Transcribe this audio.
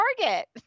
target